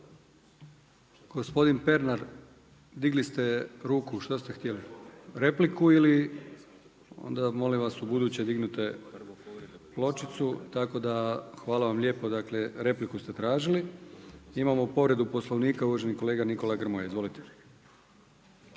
Salapiću. Gospodin Pernar digli ste ruku, šta ste htjeli, repliku ili? Onda molim vas ubuduće dignite pločicu. Hvala vam lijepo, dakle repliku ste tražili. Imamo povredu Poslovnik uvaženi kolega Nikola Grmoja. Izvolite.